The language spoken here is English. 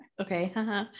Okay